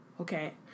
Okay